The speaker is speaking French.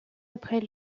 après